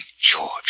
George